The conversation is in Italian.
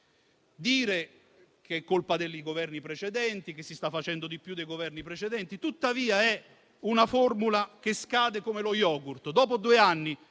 dire che è colpa dei Governi precedenti e che si sta facendo di più dei Governi precedenti? Tuttavia, è una formula che scade come lo yogurt.